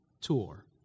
tour